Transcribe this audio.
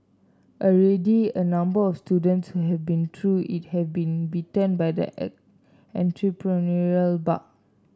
already a number of students who have been through it have been bitten by the entrepreneurial bug